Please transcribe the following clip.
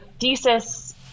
thesis